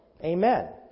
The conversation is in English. Amen